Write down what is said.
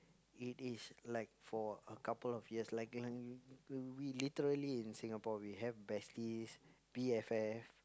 it is like for a couple of years like we literally in Singapore we have besties B_F_F